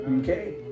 Okay